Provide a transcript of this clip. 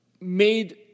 made